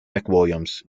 mcwilliams